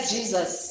Jesus